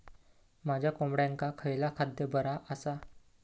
माझ्या कोंबड्यांका खयला खाद्य बरा आसा?